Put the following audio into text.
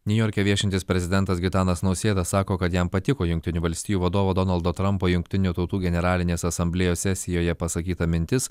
niujorke viešintis prezidentas gitanas nausėda sako kad jam patiko jungtinių valstijų vadovo donaldo trampo jungtinių tautų generalinės asamblėjos sesijoje pasakyta mintis